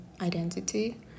identity